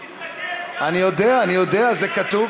תסתכל, אני יודע, אני יודע, זה כתוב.